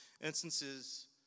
instances